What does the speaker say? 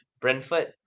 Brentford